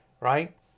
right